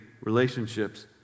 relationships